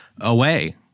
away